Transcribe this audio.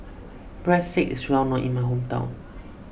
Breadsticks is well known in my hometown